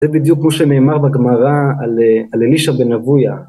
זה בדיוק כמו שנאמר בגמרא על אלישה בן אבויה